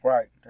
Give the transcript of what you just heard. Right